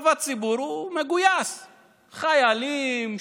וביחד, חרדים, חילונים,